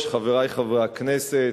היושב-ראש, חברי חברי הכנסת,